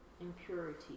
impurity